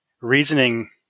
reasoning